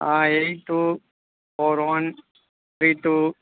ah eight two four one three two